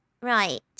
Right